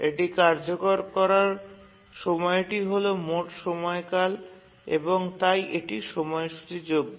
এটি কার্যকর করার সময়টি হল মোট সময়কাল এবং তাই এটি সময়সূচীযোগ্য